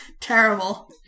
Terrible